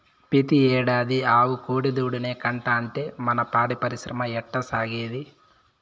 పెతీ ఏడాది ఆవు కోడెదూడనే కంటాంటే మన పాడి పరిశ్రమ ఎట్టాసాగేది